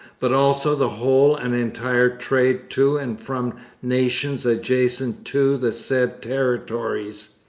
but also the whole and entire trade to and from nations adjacent to the said territories,